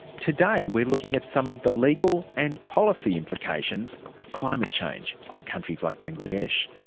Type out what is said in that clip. today we're looking at some of the legal and policy implications of climate change in countries like bangladesh.